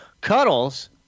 Cuddles